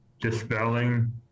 dispelling